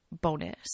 bonus